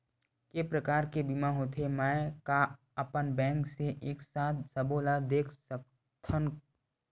के प्रकार के बीमा होथे मै का अपन बैंक से एक साथ सबो ला देख सकथन?